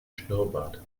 schnurrbart